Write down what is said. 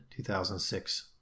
2006